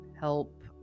help